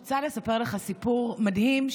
אני רוצה לספר לך סיפור מדהים,